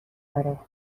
داره